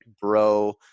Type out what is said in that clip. bro